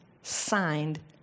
signed